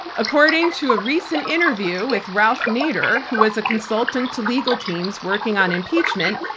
according to a recent interview with ralph nader who was a consultant to legal teams working on impeachment,